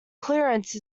clearance